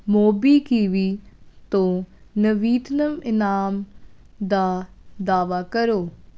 MobiKwik ਤੋਂ ਨਵੀਨਤਮ ਇਨਾਮ ਦਾ ਦਾਅਵਾ ਕਰੋ